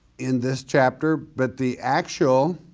in this chapter, but the actual